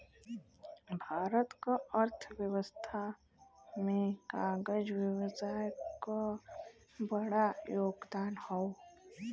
भारत क अर्थव्यवस्था में कागज व्यवसाय क बड़ा योगदान हौ